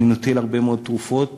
אני נוטל הרבה מאוד תרופות